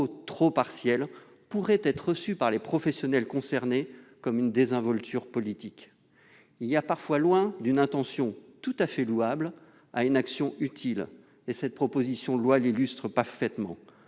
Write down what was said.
trop partiel pourrait être perçu par les professionnels concernés comme une désinvolture politique. Il y a parfois loin d'une intention tout à fait louable à une action utile. Cette proposition de loi l'illustre parfaitement.